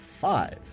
Five